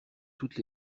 toutes